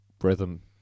rhythm